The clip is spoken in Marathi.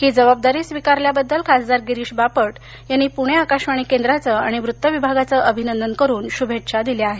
ही जबाबदारी स्वीकारल्याबद्दल खासदार गिरीश बापट यांनी पुणे आकाशवाणी केंद्राचे आणि वृत्तविभागाचे अभिनंदन करून शुभेच्छा दिल्या आहेत